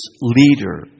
leader